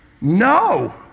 no